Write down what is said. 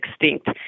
extinct